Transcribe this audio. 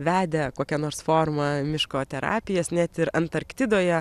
vedę kokia nors forma miško terapijas net ir antarktidoje